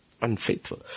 Unfaithful